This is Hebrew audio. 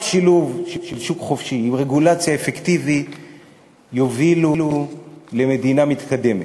רק שילוב של שוק חופשי עם רגולציה אפקטיבית יוביל למדינה מתקדמת.